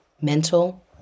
mental